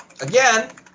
again